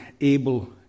able